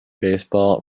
baseball